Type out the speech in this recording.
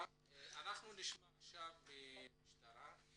נשמע עכשיו את נציג המשטרה.